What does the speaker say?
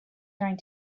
trying